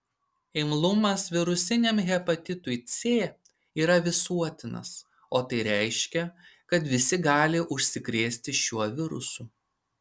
imlumas virusiniam hepatitui c yra visuotinas o tai reiškia kad visi gali užsikrėsti šiuo virusu